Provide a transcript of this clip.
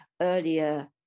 earlier